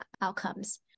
outcomes